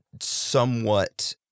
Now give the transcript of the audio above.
somewhat